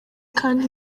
kandi